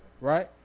Right